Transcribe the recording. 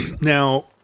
now—